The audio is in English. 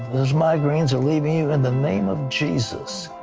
those migraines are leaving you in the name of jesus.